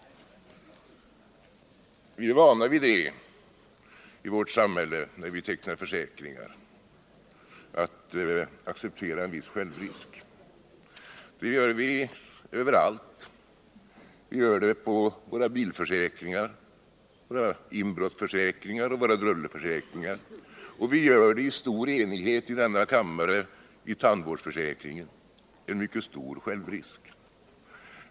Vi är i vårt samhälle vana vid att acceptera en viss självrisk när vi tecknar försäkringar. Det gör vi överallt. Vi gör det när vi tecknar våra bilförsäkringar, våra inbrottsförsäkringar och våra drulleförsäkringar. Och vi gör det i stor enighet i denna kammare i tandvårdsförsäkringen, där vi har en mycket stor självrisk.